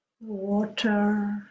Water